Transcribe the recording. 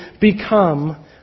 become